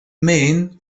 men